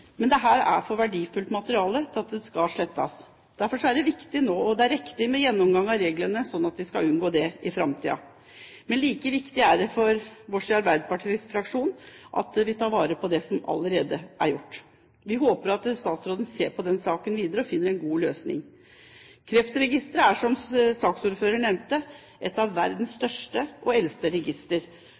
men dette materialet er for verdifullt til at det skal slettes. Derfor er det viktig og riktig nå med gjennomgang av reglene, sånn at vi skal unngå det i framtiden. Men like viktig er det for oss i arbeiderpartifraksjonen at vi tar vare på det som allerede er gjort. Vi håper at statsråden ser på den saken videre og finner en god løsning. Kreftregisteret er som saksordføreren nevnte, et av verdens største og eldste